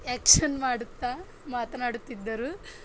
action ಮಾಡುತ್ತಾ ಮಾತನಾಡುತ್ತಿದ್ದರು